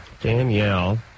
Danielle